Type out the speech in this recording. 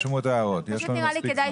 יש לנו מספיק זמן.